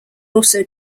also